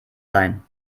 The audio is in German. sein